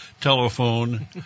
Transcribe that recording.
telephone